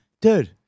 Dude